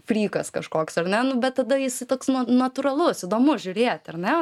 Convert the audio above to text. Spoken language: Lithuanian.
frykas kažkoks ar ne nu bet tada jisai toks natūralus įdomus žiūrėti ar ne